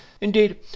indeed